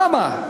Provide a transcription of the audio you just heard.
למה?